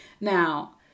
Now